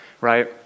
right